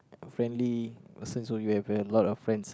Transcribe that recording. friendly person so you have have a lot of friends